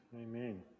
Amen